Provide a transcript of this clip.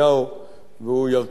והוא ירכיב את הממשלה.